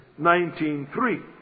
19.3